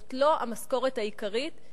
זו לא המשכורת העיקרית,